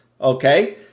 okay